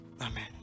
Amen